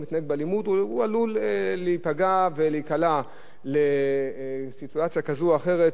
הוא עלול להיפגע ולהיקלע לסיטואציה כזאת או אחרת שהוא מתעמת